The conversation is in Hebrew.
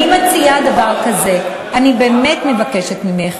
אני מציעה דבר כזה: אני באמת מבקשת ממך,